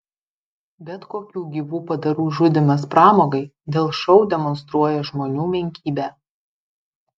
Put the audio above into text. bet kokių gyvų padarų žudymas pramogai dėl šou demonstruoja žmonių menkybę